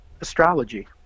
astrology